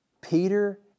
Peter